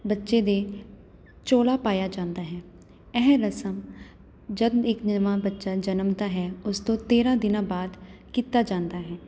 ਬੱਚੇ ਦੇ ਚੌਲਾ ਪਾਇਆ ਜਾਂਦਾ ਹੈ ਇਹ ਰਸਮ ਜਦੋਂ ਇੱਕ ਨਵਾਂ ਬੱਚਾ ਜਨਮਦਾ ਹੈ ਉਸ ਤੋਂ ਤੇਰ੍ਹਾਂ ਦਿਨਾਂ ਬਾਅਦ ਕੀਤਾ ਜਾਂਦਾ ਹੈ